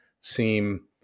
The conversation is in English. seem